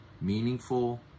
meaningful